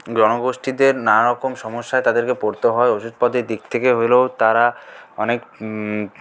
জনগোষ্ঠীদের নানারকম সমস্যায় তাদেরকে পড়তে হয় ওষুধপাতির দিক থেকে হলেও তারা অনেক